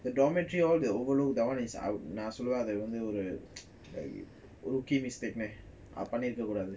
the dormitory all the overlook that [one] is நான்சொல்வேன்அதுஒரு:nan solven adhu oru rookie mistake பண்ணிருக்ககூடாது:panniruka koodathu